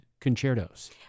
Concertos